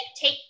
Take